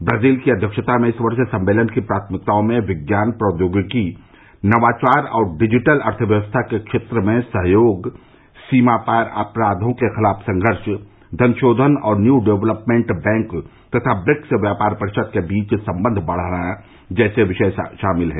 Brazil की अध्यक्षता में इस वर्ष सम्मेलन की प्राथमिकताओं में विज्ञान प्रौद्योगिकी नवाचार और डिजिटल अर्थव्यवस्था के क्षेत्र में सहयोग सीमा पार अपराधों के खिलाफ संघर्ष धन शोधन और न्यू डेवेलपमेन्ट बैंक तथा ब्रिक्स व्यापार परिषद के बीच सम्बंध बढ़ाना जैसे विषय शामिल हैं